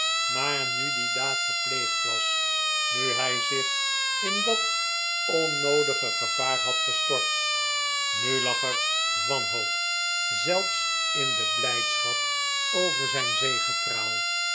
maar nu die daad gepleegd was nu hij zich in dat onnoodige gevaar had gestort nu lag er wanhoop zelfs in de blijdschap over zijn